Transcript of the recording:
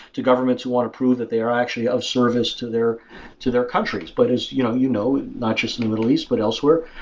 to governments who want to prove that they are actually a service to their to their countries. but as you know you know, not just in the middle east, but elsewhere,